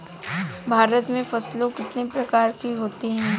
भारत में फसलें कितने प्रकार की होती हैं?